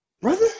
brother